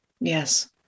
yes